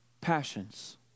passions